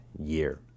year